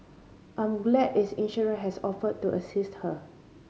I'm glad its insurer has offered to assist her